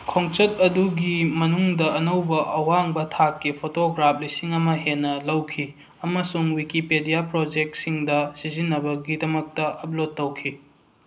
ꯈꯣꯡꯆꯠ ꯑꯗꯨꯒꯤ ꯃꯅꯨꯡꯗ ꯑꯅꯧꯕ ꯑꯋꯥꯡꯕ ꯊꯥꯛꯀꯤ ꯐꯣꯇꯣꯒ꯭ꯔꯥꯐ ꯂꯤꯁꯤꯡ ꯑꯃ ꯍꯦꯟꯅ ꯂꯧꯈꯤ ꯑꯃꯁꯨꯡ ꯋꯤꯀꯤꯄꯦꯗꯤꯌꯥ ꯄ꯭ꯔꯣꯖꯦꯛꯁꯤꯡꯗ ꯁꯤꯖꯤꯟꯅꯕꯒꯤꯗꯃꯛꯇ ꯑꯞꯂꯣꯠ ꯇꯧꯈꯤ